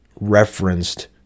referenced